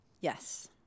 Yes